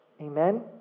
amen